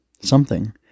Something